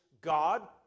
God